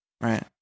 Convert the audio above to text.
Right